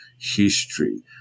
history